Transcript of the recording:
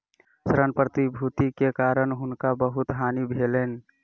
ऋण प्रतिभूति के कारण हुनका बहुत हानि भेलैन